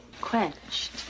quenched